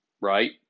right